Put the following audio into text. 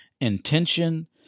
intention